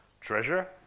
treasure